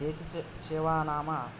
देश सेवा नाम